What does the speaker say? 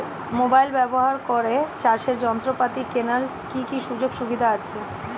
Mobile ব্যবহার করে চাষের যন্ত্রপাতি কেনার কি সুযোগ সুবিধা আছে?